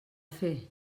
fer